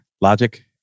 Logic